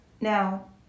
Now